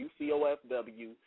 ucofw